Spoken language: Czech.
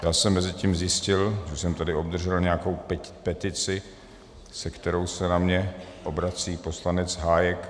Já jsem mezitím zjistil, že jsem tady obdržel nějakou petici, se kterou se na mě obrací poslanec Hájek.